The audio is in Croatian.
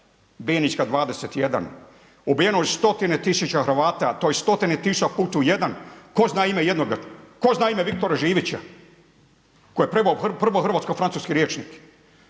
Bijenička 21 ubijeno je stotine tisuća Hrvata to je stotina tisuća … jedan tko zna ime jednoga? Tko zna ime Viktora Živića koji je preveo hrvatsko-francuski rječnik?